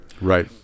Right